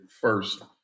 first